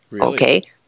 Okay